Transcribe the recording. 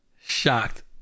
Shocked